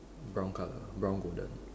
brown colour brown golden